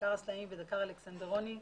דקר צעיר ודקר אלכסנדרוני,